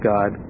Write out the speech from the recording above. God